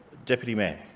deputy mayor.